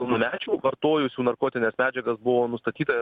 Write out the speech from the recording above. pilnamečių vartojusių narkotines medžiagas buvo nustatyta